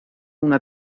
una